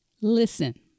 listen